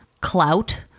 clout